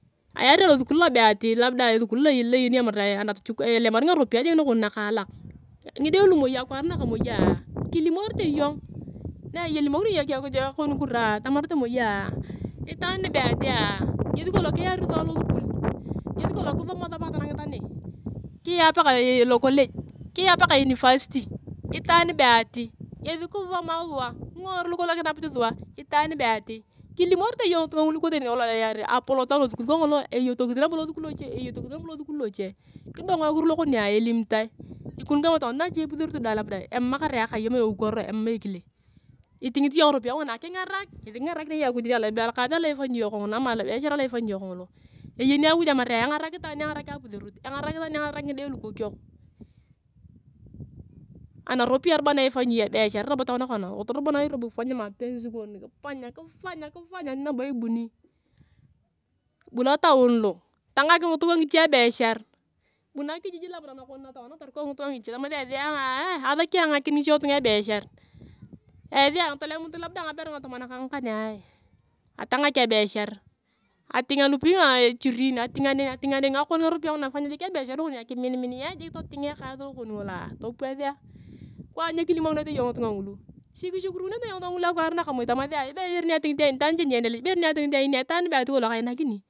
Ayariang losukul lobe ati, labda esukul laa iyeni iyong atamar elemari ngaropiyae nakon nakaalak. Ngida lu moi akwaar nakamoi kilimorete iyong, na ilimokinea iyong ekon kiroa etamarete moia nibe atiea ngesi kolng kiyari sua losukul ngesi kolong kisusoma sua paku atanangeta neke kiyaa paka lokolej kiyaa paka university. Itaan be ati ngesi kisisoma sua ngesi ngiuroui lukolong kinapit sua itaan be ati kilimorete iyong ngitunga ngulu ikote neni, nakolong iyarea iyong apoloto alo sukal kangolo eyotokis nabo losukul locha kidong ekiro lokonia, elimitoe ikoni kama tokona ache puseru dae labda emamakar akai ama eukoro emam ekile itingit iyong ngaropiyae nguna kingarak. Ngesi ka kingarakinei iyong dae akuj alokaas alo ifanyi iyong kangolo ama alobeshar aloifanyi iyong kangolo. Eyeni akuj atamarea engarak ngide lukokiok. Anaropiyae anaifanyea iyong ebeshar robo tokona kanu tolot robo iyong nairobi tolot kifany mapenzi kon, kifany kifany kifany ani nabo ibuni bu lotaun lo tangak ngitunga ngiche ebichar bu nakijij labda nakon na tokona na torikau ngitunga ngiche tama esi ayongaa asaki ayong angakin ngiche tunga ebichar esia tolemutu labda ngaberu ngatomon ka ngakanea, atangak ebichar. Ati ngalupui ichiriini ati nganen ati nganen ngakon ngaropiyae nguna kifanyia jik ebishra konia kiminiminia jik toting ekaas lokon ngoloa, topuasea kwani nyo kilimokinete iyong ngitunga ngulu si kichukurunete iyong ngitunga ngulu akwaar nakamoi tamasea ibere nia atingit ayong enia itaan cha ni endele ibere nia atingit ayong enia itaan be ati kolong kainakini.